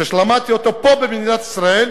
שלמדתי אותו פה במדינת ישראל,